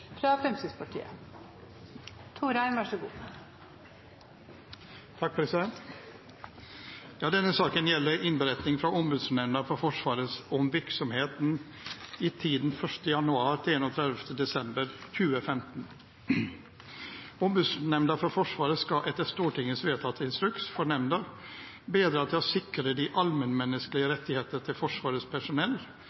fra Ombudsmannsnemnda for Forsvaret om virksomheten i tiden 1. januar–31. desember 2015. Ombudsmannsnemnda for Forsvaret skal etter Stortingets vedtatte instruks for nemnda bidra til å sikre de allmennmenneskelige